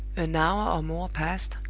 an hour or more passed,